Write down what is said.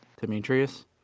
Demetrius